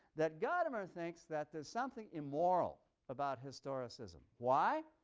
that gadamer thinks that there's something immoral about historicism. why?